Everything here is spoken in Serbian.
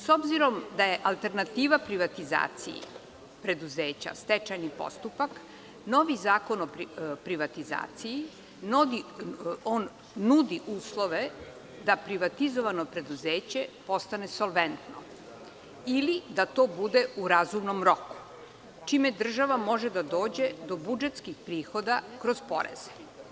S obzirom da je alternativa privatizaciji preduzeća stečajni postupak, novi Zakon o privatizaciji, on nudi uslove da privatizovano preduzeće postane solventno ili da to bude u razumnom roku, čime država može da dođe do budžetskih prihoda kroz poreze.